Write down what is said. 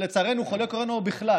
ולצערנו הוא חולה קורונה, ובכלל,